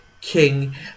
king